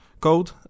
code